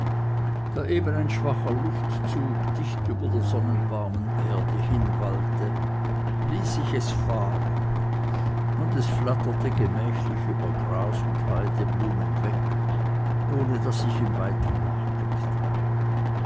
da eben ein schwacher luftzug dicht über der sommerwarmen erde hinwallte ließ ich es fahren und es flatterte gemächlich über gras und heideblumen weg ohne daß ich ihm weiter